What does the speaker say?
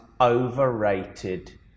overrated